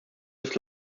des